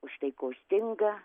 už tai ko stinga